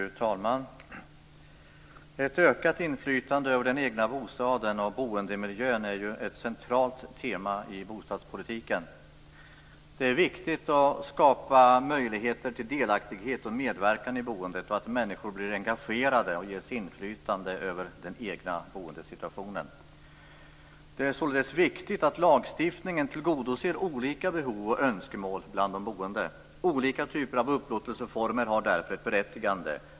Fru talman! Ett ökat inflytande över den egna bostaden och boendemiljön är ett centralt tema i bostadspolitiken. Det är viktigt att skapa möjligheter till delaktighet och medverkan i boendet och att människor blir engagerade och ges inflytande över den egna boendesituationen. Det är således viktigt att lagstiftningen tillgodoser olika behov och önskemål bland de boende. Olika typer av upplåtelseformer har därför ett berättigande.